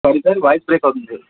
sorry sir voice break అవుతుంది